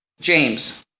James